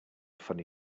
funny